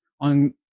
on